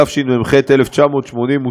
התשמ"ח 1988,